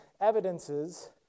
evidences